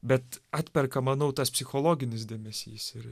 bet atperka manau tas psichologinis dėmesys ir